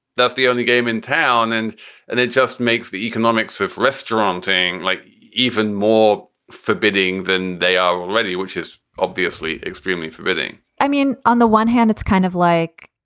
that's the only game in town. and and it just makes the economics of restaurant thing like even more forbidding than they are already, which is obviously extremely forbidding i mean, on the one hand, it's kind of like.